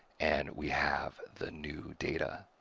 and we have the new data.